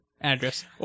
address